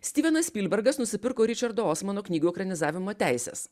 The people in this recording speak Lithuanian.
stivenas spilbergas nusipirko ričardo osmano knygų ekranizavimo teises